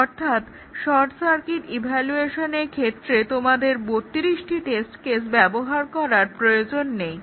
অর্থাৎ short circuit এভালুয়েশনের ক্ষেত্রে তোমাদের 32টি টেস্ট কেস ব্যবহার করার প্রয়োজন নেই